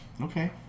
Okay